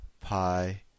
pi